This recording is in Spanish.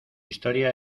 historia